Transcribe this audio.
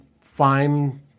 fine